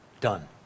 Done